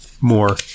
more